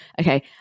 okay